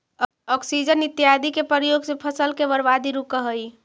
auxin इत्यादि के प्रयोग से फसल के बर्बादी रुकऽ हई